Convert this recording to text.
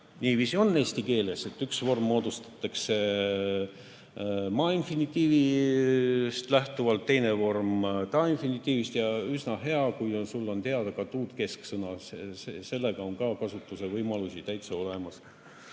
niiviisi on eesti keeles, et üks vorm moodustataksema-infinitiivist lähtuvalt, teine vormda-infinitiivist ja üsna hea, kui sul on teada katud-kesksõna. Sellel on kasutusvõimalused täitsa olemas.